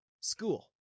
School